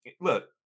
look